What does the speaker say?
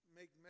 make